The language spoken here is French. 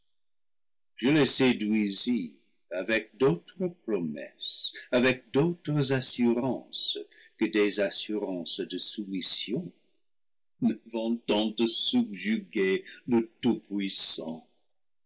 je les séduisis avec d'au tres promesses avec d'autres assurances que des assurances de soumission me vantant de subjuguer le tout-puissant